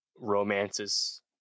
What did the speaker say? romances